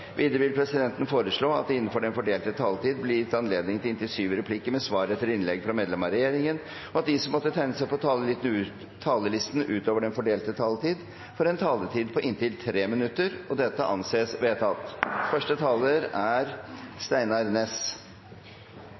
Videre vil presidenten foreslå at det – innenfor den fordelte taletid – blir gitt anledning til inntil syv replikker med svar etter innlegg fra medlemmer av regjeringen, og at de som måtte tegne seg på talerlisten utover den fordelte taletid, får en taletid på inntil 3 minutter. – Det anses vedtatt.